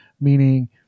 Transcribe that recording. meaning